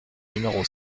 numéro